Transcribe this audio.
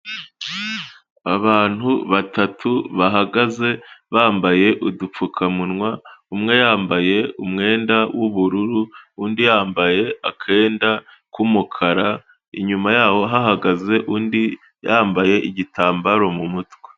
Abantu batatu bahagaze, bambaye udupfukamunwa, umwe yambaye umwenda w'ubururu, undi yambaye akenda k'umukara, inyuma yaho hahagaze undi, yambaye igitambaro mu mutwe.